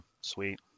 Sweet